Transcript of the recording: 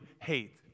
hate